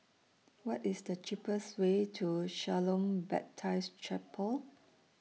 What IS The cheapest Way to Shalom Baptist Chapel